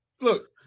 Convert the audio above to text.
look